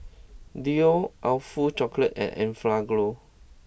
Leo Awfully Chocolate and Enfagrow